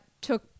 took